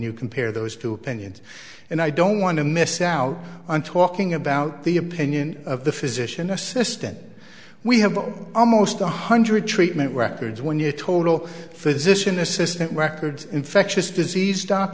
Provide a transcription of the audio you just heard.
you compare those two opinions and i don't want to miss out on talking about the opinion of the physician assistant we have on almost one hundred treatment records one year total physician assistant records infectious disease